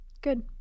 Good